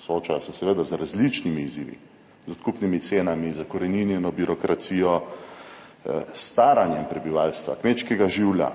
Soočajo se seveda z različnimi izzivi, z odkupnimi cenami, zakoreninjeno birokracijo, s staranjem prebivalstva, kmečkega življa,